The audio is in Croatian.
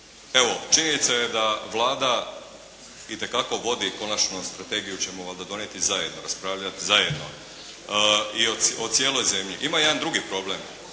evo, činjenica je da Vlada itekako vodi konačno strategiju ćemo valjda donijeti zajedno, raspravljati zajedno i o cijeloj zemlji. Ima jedan drugi problem.